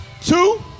two